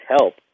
help